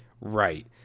Right